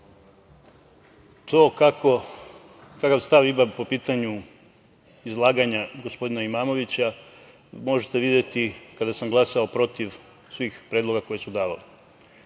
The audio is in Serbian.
To kakav stav imam po pitanju izlaganja gospodina Imamovića možete videti kada sam glasao protiv svih predloga koje su davali.